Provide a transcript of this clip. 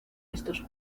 estos